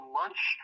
lunch